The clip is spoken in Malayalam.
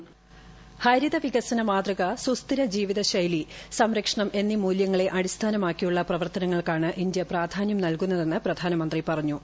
വോയിസ് ഹരിത വികസന മാതൃക സുസ്ഥിര ജീവിതശൈലി സംരക്ഷണം എന്നീ മൂല്യങ്ങളെ അടിസ്ഥാനമാക്കിയുള്ള പ്രവർത്തനങ്ങൾക്കാണ് ഇന്ത്യ പ്രാധാന്യം നൽകുന്നതെന്ന് പ്രധാനമന്ത്രി പറഞ്ഞു